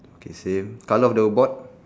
okay same colour of the board